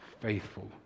faithful